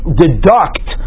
deduct